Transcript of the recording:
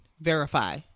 verify